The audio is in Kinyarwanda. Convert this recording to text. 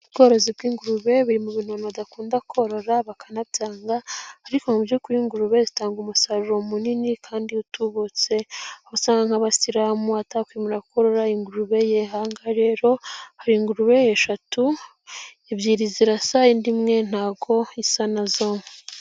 Ubworozi bw'ingurube buri mu bintu abantu badakunda korora bakanabyanga, ariko mu by'ukuri ingurube zitanga umusaruro munini kandi utubutse usanga nk'abasilamu atakwemera korora ingurube ye, ahangaha rero hari ingurube eshatu ebyiri zirasada imwe ntago isa nazo.